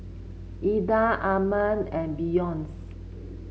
Eda Arman and Beyonce